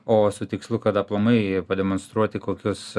o su tikslu kad aplamai pademonstruoti kokius